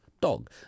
dog